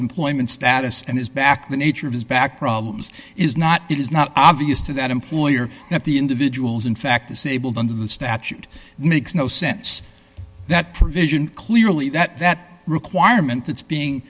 employment status and his back the nature of his back problems is not it is not obvious to that employer that the individuals in fact disabled under the statute makes no sense that provision clearly that that requirement that's being